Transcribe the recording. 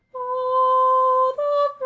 o